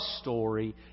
story